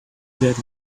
that